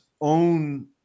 own